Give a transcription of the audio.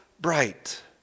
bright